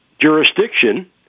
jurisdiction